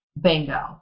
Bingo